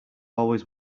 always